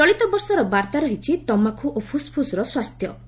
ଚଳିତ ବର୍ଷର ବାର୍ତ୍ତା ରହିଛି ତମାଖୁ ଓ ଫୁସ୍ଫୁସ୍ର ସ୍ୱାସ୍ଥ୍ୟ